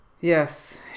Yes